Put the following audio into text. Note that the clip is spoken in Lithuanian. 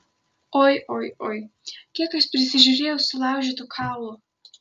oi oi oi kiek aš prisižiūrėjau sulaužytų kaulų